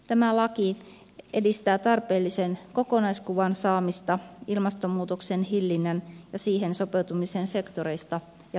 tämä laki edistää tarpeellisen kokonaiskuvan saamista ilmastonmuutoksen hillinnän ja siihen sopeutumisen sektoreista ja toimista